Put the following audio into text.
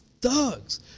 thugs